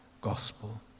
gospel